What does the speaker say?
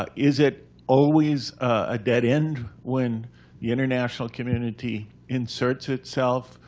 ah is it always a dead end when the international community inserts itself?